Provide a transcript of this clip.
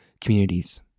communities